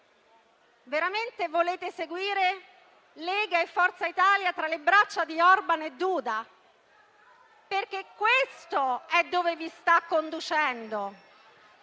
Veramente volete seguire Lega e Forza Italia tra le braccia di Orban e Duda? È lì che vi stanno conducendo.